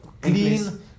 Clean